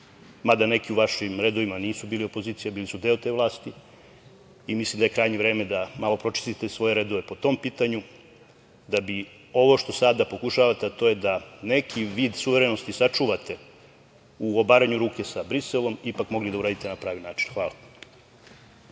mada neki u vašim redovima nisu bili opozicija, bili su deo te vlasti i mislim da je krajnje vreme da malo pročistite svoje redove po tom pitanju, da bi ovo što sada pokušavate, a to je da neki vid suverenosti sačuvate u obaranju ruke sa Briselom, ipak mogli da uradite na pravi način. Hvala.